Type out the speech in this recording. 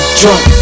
drunk